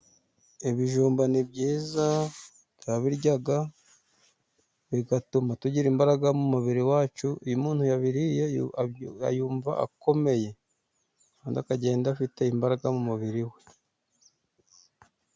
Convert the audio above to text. Ibijumba ni byiza, turabirya, bigatuma tugira imbaraga mu mubiri wacu, iyo umuntu yabiriye yumva akomeye. Kandi akagenda afite imbaraga mu mubiri we.